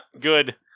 Good